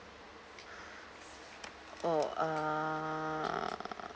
oh uh